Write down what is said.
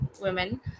women